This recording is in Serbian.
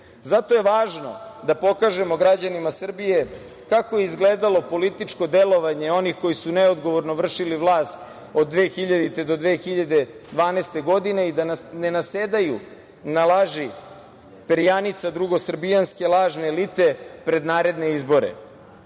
je važno da pokažemo građanima Srbije kako je izgledalo političko delovanje onih koji su neodgovorno vršili vlast od 2000. do 2012. godine i da ne nasedaju na laži perjanica drugosrbijanske lažne elite pred naredne izbore.